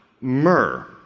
myrrh